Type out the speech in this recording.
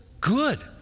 good